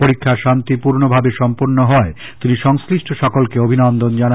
পরীক্ষা শান্তিপূর্ণ ভাবে সম্পন্ন হওয়ায় তিনি সংশ্লিষ্ট সকলকে অভিনন্দন জানান